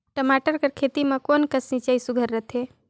टमाटर कर खेती म कोन कस सिंचाई सुघ्घर रथे?